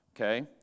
okay